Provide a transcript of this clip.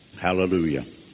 Hallelujah